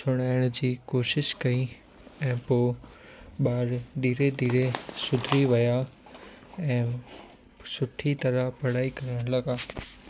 छुॾाइण कि कोशिश कई ऐं पोइ ॿार धीरे धीरे सुधरी विया ऐं सुठी तरह पढ़ाई करणु लगा